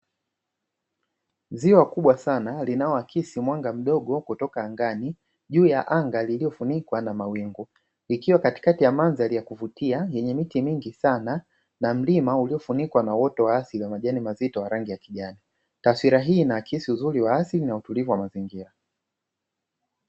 Ziwa kubwa sana linaloaksi mwanga mdogo kutoka angani, juu ya anga lililofunikwa na mawingu, ikiwa katikati a mandhari ya kuvutia yenye miti mingi sana na mlima uliofunikwa na uoto wa asili wenye majani mazito ya kijani, madhari hii inaaksi uoto wa asili na utulivu wa mazingira.